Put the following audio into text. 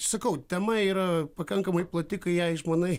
sakau tema yra pakankamai plati kai ją išmanai